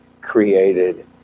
created